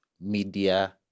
media